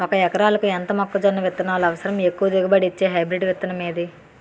ఒక ఎకరాలకు ఎంత మొక్కజొన్న విత్తనాలు అవసరం? ఎక్కువ దిగుబడి ఇచ్చే హైబ్రిడ్ విత్తనం ఏది?